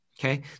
okay